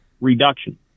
reduction